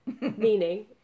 meaning